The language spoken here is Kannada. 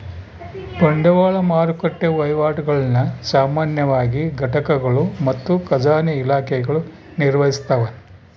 ಬಂಡವಾಳ ಮಾರುಕಟ್ಟೆ ವಹಿವಾಟುಗುಳ್ನ ಸಾಮಾನ್ಯವಾಗಿ ಘಟಕಗಳು ಮತ್ತು ಖಜಾನೆ ಇಲಾಖೆಗಳು ನಿರ್ವಹಿಸ್ತವ